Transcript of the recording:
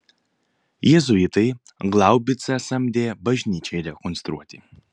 jėzuitai glaubicą samdė bažnyčiai rekonstruoti